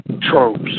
tropes